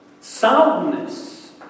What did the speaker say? soundness